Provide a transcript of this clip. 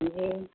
भेल